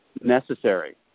necessary